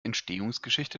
entstehungsgeschichte